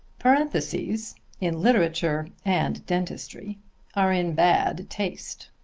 parentheses in literature and dentistry are in bad taste.